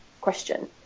question